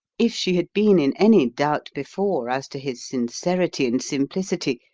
if she had been in any doubt before as to his sincerity and simplicity,